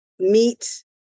meet